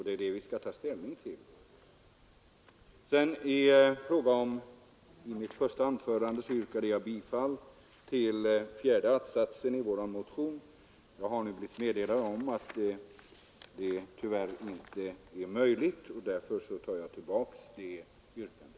Det är det vi skall ta ställning till. Slutligen yrkade jag i mitt första anförande bifall till fjärde att-satsen i vår motion, men nu har jag fått meddelande om att det inte är möjligt att göra det. Därför ber jag att få ta tillbaka det yrkandet.